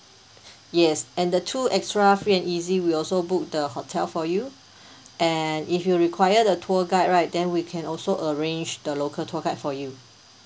yes and the two extra free and easy we'll also book the hotel for you and if you require the tour guide right then we can also arrange the local tour guide for you